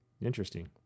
Interesting